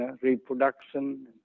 reproduction